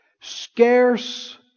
scarce